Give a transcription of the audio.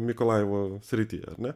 mykolajivo srity ar ne